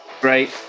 Great